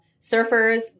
surfers